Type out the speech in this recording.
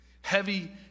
Heavy